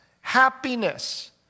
Happiness